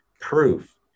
proof